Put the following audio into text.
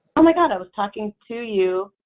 oh my god i was talking to you,